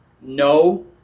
no